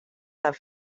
that